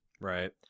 Right